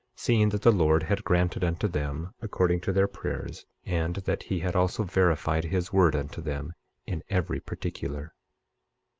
seeing that the lord had granted unto them according to their prayers, and that he had also verified his word unto them in every particular.